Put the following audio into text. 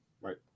right